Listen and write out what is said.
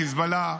חיזבאללה,